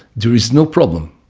there is no problem.